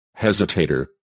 Hesitator